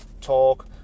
talk